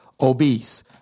obese